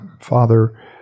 Father